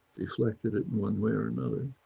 deflected at one way or another.